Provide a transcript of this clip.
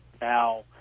now